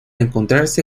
encontrarse